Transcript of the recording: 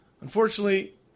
Unfortunately